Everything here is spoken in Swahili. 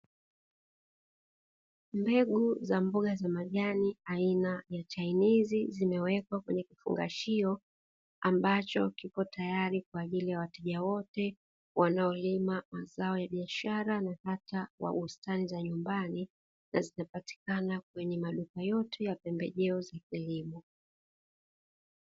Mbegu za mboga za majani aina ya chainizi zimewekwa kwenye kifungashio ambacho kipo tayari kwa ajili ya wateja wote, wanaolima mazao ya biashara na hata kwa bustani za nyumbani na zinapatikana kwenye maduka yote ya pembejeo za kilimo.